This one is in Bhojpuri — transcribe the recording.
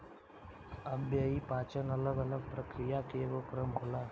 अव्ययीय पाचन अलग अलग प्रक्रिया के एगो क्रम होला